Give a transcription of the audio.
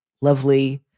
lovely